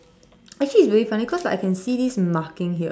actually it's very funny because I can see this marking here